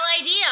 idea